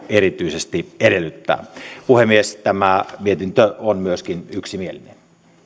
erityisesti edellyttää puhemies tämä mietintö on myöskin yksimielinen